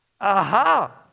aha